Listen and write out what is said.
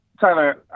Tyler